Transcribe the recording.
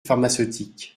pharmaceutique